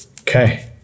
okay